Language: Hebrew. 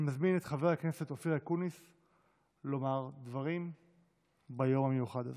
אני מזמין את חבר הכנסת אופיר אקוניס לומר דברים ביום המיוחד הזה.